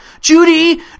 Judy